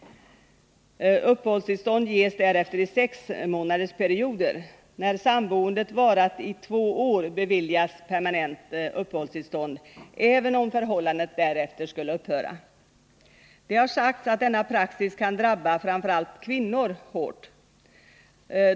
Uppehållstillstånd ges därefter i sexmånaders perioder. När sammanboendet varat i två år beviljas permanent uppehållstillstånd även om förhållandet därefter skulle upphöra. Det har sagts att denna praxis kan drabba framför allt kvinnor hårt.